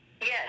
Yes